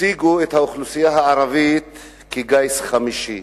הציגו את האוכלוסייה הערבית כגיס חמישי.